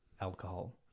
alcohol